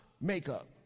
makeup